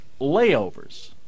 layovers